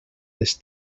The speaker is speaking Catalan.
les